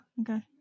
Okay